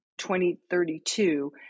2032